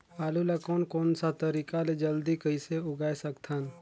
आलू ला कोन सा तरीका ले जल्दी कइसे उगाय सकथन?